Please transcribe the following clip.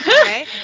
Okay